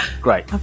great